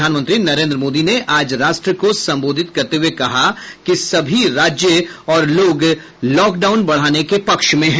प्रधानमंत्री नरेन्द्र मोदी ने आज राष्ट्र को संबोधित करते हुए कहा कि सभी राज्य और लोग लॉकडाउन बढ़ाने के पक्ष में हैं